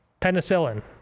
Penicillin